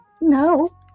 No